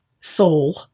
soul